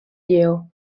lleó